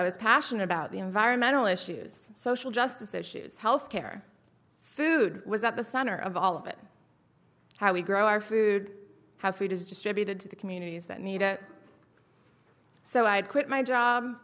i was passionate about the environmental issues social justice issues health care food was at the center of all of it how we grow our food how food is distributed to the communities that need to so i quit my job